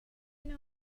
know